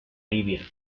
libia